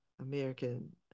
American